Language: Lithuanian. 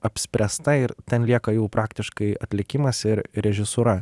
apspręsta ir ten lieka jau praktiškai atlikimas ir režisūra